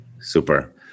super